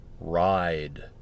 Ride